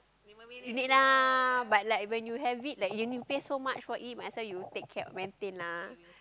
need lah but like when you have it like you need to pay so much for him might as well you cab maintain lah